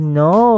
no